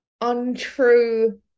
untrue